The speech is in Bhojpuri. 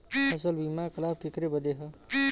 फसल बीमा क लाभ केकरे बदे ह?